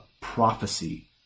prophecy